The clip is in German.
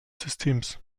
systems